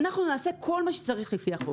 אנחנו נעשה כל מה שצריך לפי החוק.